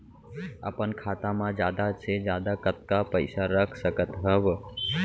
अपन खाता मा जादा से जादा कतका पइसा रख सकत हव?